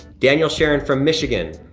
daniel sharon from michigan.